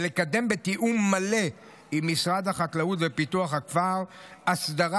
ולקדם בתיאום מלא עם משרד החקלאות ופיתוח הכפר אסדרה